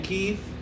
Keith